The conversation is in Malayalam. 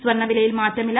സ്വർണ്ണവിലയിൽ മാറ്റമില്ല